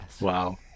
wow